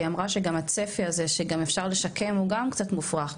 והיא אמרה שגם הצפי הזה שגם אפשר לשקם הוא גם קצת מופרך,